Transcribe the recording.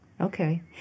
Okay